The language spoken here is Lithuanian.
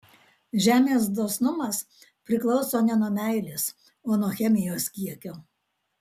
žemės dosnumas priklauso ne nuo meilės o nuo chemijos kiekio